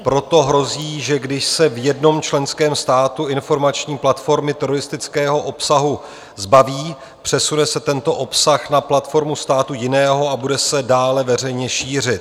Proto hrozí, že když se v jednom členském státu informační platformy teroristického obsahu zbaví, přesune se tento obsah na platformu státu jiného a bude se dále veřejně šířit.